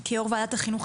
כיושבת-ראש ועדת החינוך,